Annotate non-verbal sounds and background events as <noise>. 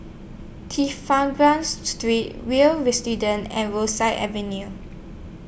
<unintelligible> Street Will's <unintelligible> and Rosyth Avenue